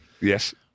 Yes